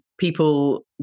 People